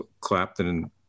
Clapton